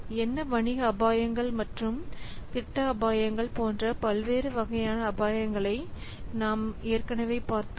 என்ன வணிக அபாயங்கள் மற்றும் திட்ட அபாயங்கள் போன்ற பல்வேறு வகையான அபாயங்களை நாம் ஏற்கனவே பார்த்தோம்